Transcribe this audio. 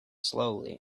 slowly